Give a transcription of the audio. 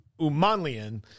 Umanlian